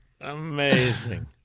Amazing